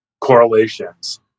correlations